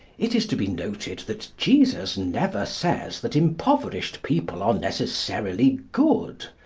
it is to be noted that jesus never says that impoverished people are necessarily good,